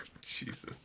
jesus